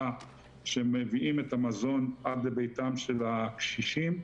שהם מביאים את המזון עד לביתם של הקשישים,